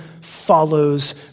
follows